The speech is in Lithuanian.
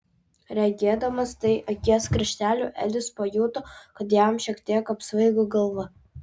regėdamas tai akies krašteliu edis pajuto kad jam šiek tiek apsvaigo galva